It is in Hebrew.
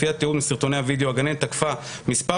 לפי התיאור מסרטוני הווידאו הגננת תקפה מספר